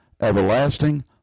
everlasting